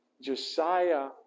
Josiah